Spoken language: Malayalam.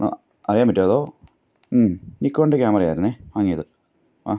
അറിയാൻ പറ്റുമോ അതോ മ്മ് നിക്കോണിൻ്റെ ക്യാമറയായിരുന്നെ വാങ്ങിയത് ആ